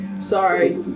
Sorry